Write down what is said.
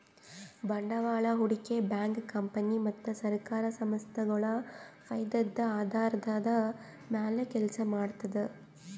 ಬಂಡವಾಳ್ ಹೂಡಿಕೆ bank company ಮತ್ತ್ ಸರ್ಕಾರ್ ಸಂಸ್ಥಾಗೊಳ್ ಫೈದದ್ದ್ ಆಧಾರದ್ದ್ ಮ್ಯಾಲ್ ಕೆಲಸ ಮಾಡ್ತದ್